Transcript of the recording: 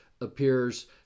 appears